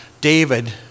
David